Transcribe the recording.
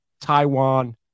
Taiwan